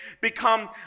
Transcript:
become